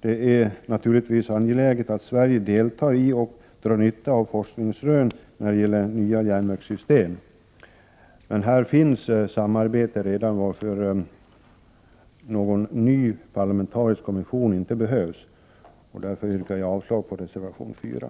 Det är naturligtvis angeläget att Sverige deltar i och drar nytta av forskningsrön när det gäller nya järnvägssystem. Här finns samarbete redan, varför någon ny parlamentarisk kommission inte behövs. Därför yrkar jag avslag på reservation 4.